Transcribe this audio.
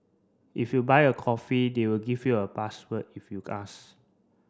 if you buy a coffee they'll give you a password if you ask